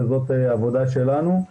וזאת עבודה שלנו,